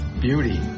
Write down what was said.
beauty